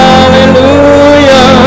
Hallelujah